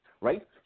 right